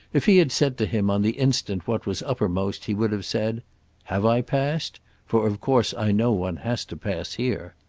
if he had said to him on the instant what was uppermost he would have said have i passed for of course i know one has to pass here.